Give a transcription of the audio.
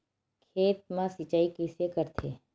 खेत मा सिंचाई कइसे करथे?